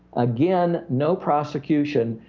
again, no prosecution.